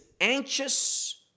anxious